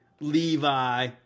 Levi